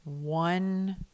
one